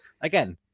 again